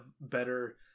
better